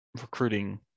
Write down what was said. recruiting